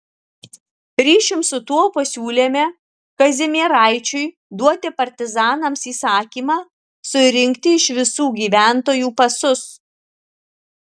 ryšium su tuo pasiūlėme kazimieraičiui duoti partizanams įsakymą surinkti iš visų gyventojų pasus